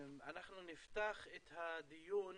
אנחנו נפתח את הדיון